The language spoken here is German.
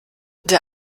der